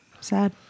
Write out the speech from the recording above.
sad